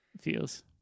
feels